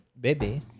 Baby